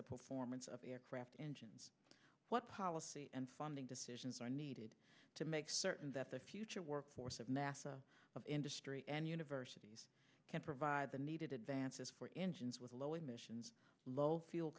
the performance of the aircraft engines what policy and funding decisions are needed to make certain that the future workforce of nasa of industry and universities can provide the needed advances for engines with low emissions low fiel